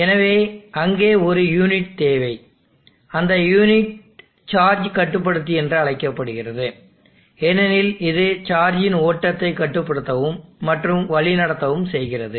எனவே அங்கே ஒரு யூனிட் தேவை அந்த யூனிட் சார்ஜ் கட்டுப்படுத்தி என்று அழைக்கப்படுகிறது ஏனெனில் இது சார்ஜின் ஓட்டத்தை கட்டுப்படுத்தவும் மற்றும் வழிநடத்தவும் செய்கிறது